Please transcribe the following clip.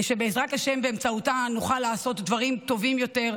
שבעזרת השם באמצעותה נוכל לעשות דברים טובים יותר,